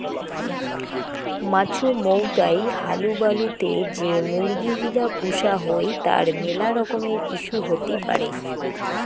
মাছুমৌতাই হালুবালু তে যে মুরগি গিলা পুষা হই তার মেলা রকমের ইস্যু হতি পারে